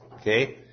Okay